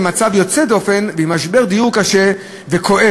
מצב יוצא דופן ועם משבר דיור קשה וכואב,